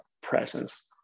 presence